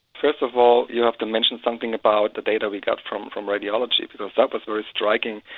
first of all you have to mention something about the data we got from from radiology because that was very striking.